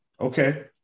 Okay